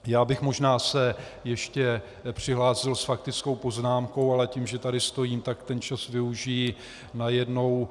Já bych se možná ještě přihlásil s faktickou poznámkou, ale tím, že tady stojím, tak ten čas využiji najednou.